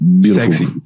Sexy